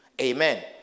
Amen